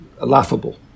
laughable